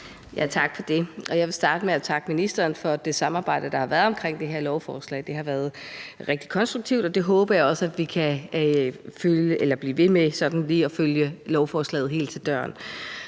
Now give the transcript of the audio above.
Tak for det. Jeg vil starte med at takke ministeren for det samarbejde, der har været omkring det her lovforslag. Det har været rigtig konstruktivt, og jeg håber også, at vi kan blive ved med det ved sådan at følge lovforslaget helt til dørs.